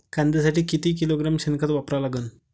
कांद्यासाठी किती किलोग्रॅम शेनखत वापरा लागन?